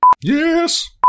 Yes